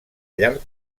llarg